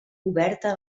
oberta